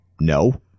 No